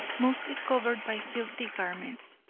mostly covered by filthy garments.